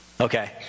Okay